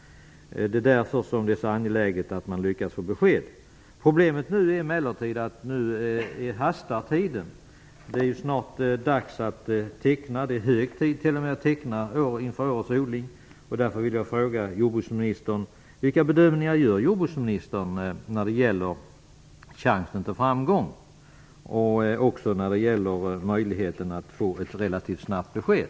Det är därför det är så angeläget att man får besked. Problemet är emellertid att tiden nu hastar. Det är hög tid att teckna kontrakt inför årets odling. Vilka bedömningar gör jordbruksministern när det gäller chansen till framgång och när det gäller möjligheten att få ett relativt snabbt besked?